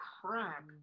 crap